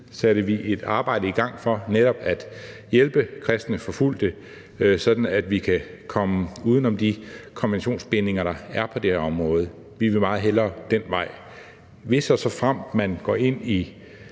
satte vi et arbejde i gang for netop at hjælpe kristne forfulgte, sådan at vi kan komme uden om de konventionsbindinger, der er på det her område. Vi vil meget hellere den vej. Hvis og såfremt man igen